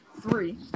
Three